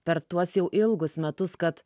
per tuos jau ilgus metus kad